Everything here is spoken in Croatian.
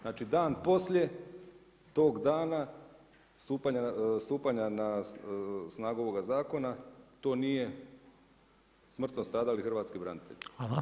Znači dan poslije, tog dana, stupanja na snagu ovoga zakona, to nije smrtno stradali hrvatski branitelj.